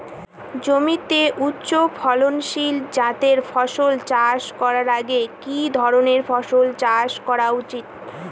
জমিতে উচ্চফলনশীল জাতের ফসল চাষ করার আগে কি ধরণের ফসল চাষ করা উচিৎ?